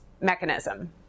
mechanism